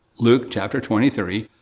luke chapter twenty three,